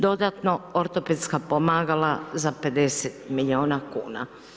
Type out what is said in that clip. Dodatno ortopedska pomagala za 50 milijuna kuna.